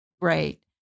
great